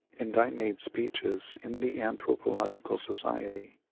and i made speeches in the anthropological society,